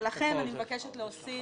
ולכן אני מבקשת להוסיף,